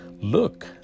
Look